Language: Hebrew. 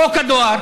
חוק הדואר